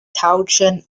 townshend